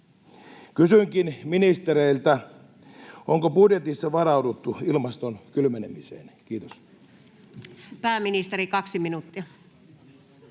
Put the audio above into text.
Kysynkin ministereiltä: onko budjetissa varauduttu ilmaston kylmenemiseen? — Kiitos. Pääministeri, 2 minuuttia.